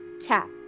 tap